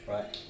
Right